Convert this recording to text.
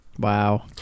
wow